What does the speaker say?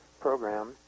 program